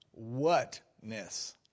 whatness